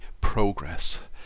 progress